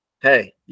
Hey